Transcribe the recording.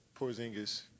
Porzingis